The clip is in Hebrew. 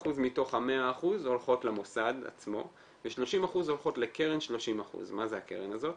50% מתוך ה-100% הולך למוסד עצמו ו-30% הולך לקרן 30%. מה זה הקרן הזאת?